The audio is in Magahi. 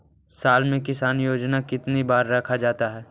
साल में किसान योजना कितनी बार रखा जाता है?